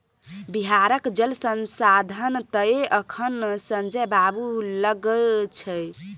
बिहारक जल संसाधन तए अखन संजय बाबू लग छै